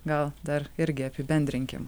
gal dar irgi apibendrinkim